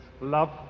love